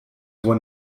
won